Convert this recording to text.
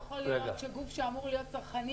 לא יכול להיות שגוף שאמור להיות צרכני